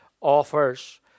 offers